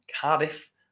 cardiff